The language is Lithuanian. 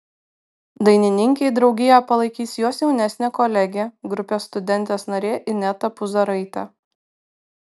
dainininkei draugiją palaikys jos jaunesnė kolegė grupės studentės narė ineta puzaraitė